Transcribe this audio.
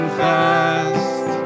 fast